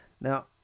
Now